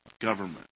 Government